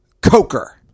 Coker